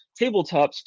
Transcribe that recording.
tabletops